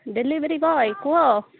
delivery boy କୁହ